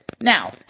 Now –